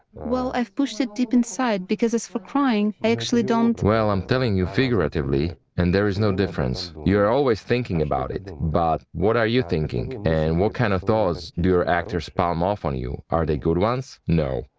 well, i pushed it deep inside, because as for crying, i actually don't. im well, i'm telling you figuratively. and there is no difference. you are always thinking about it. but what are you thinking? and what kind of thoughts do your actors palm off on you, are they good ones? no.